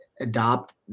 adopt